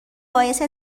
باعث